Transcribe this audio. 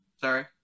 Sorry